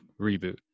reboot